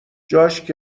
جاش